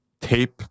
tape